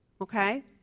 Okay